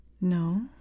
No